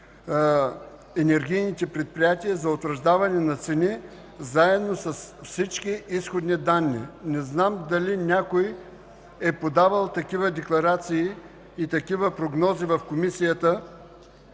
енергийните предприятия за утвърждаване на цени, заедно с всички изходни данни. Не знам дали някой е подавал такива декларации и прогнози в Комисията